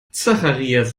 zacharias